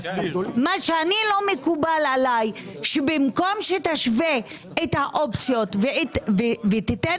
מה שלא מקובל עלי זה שבמקום שתשווה את האופציות ותיתן